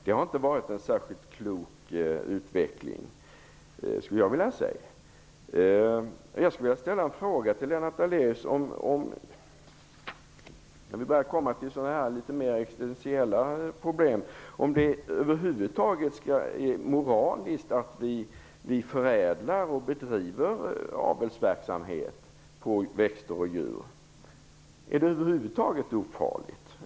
Det har alltså inte varit en särskilt klok utveckling, skulle jag vilja säga. Jag skulle vilja fråga Lennart Daléus - jag börjar komma in på de mer existentiella problemen - om det över huvud taget är moraliskt att vi förädlar och bedriver avelsverksamhet på växter och djur. Är det över huvud taget ofarligt?